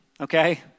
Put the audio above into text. okay